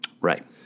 Right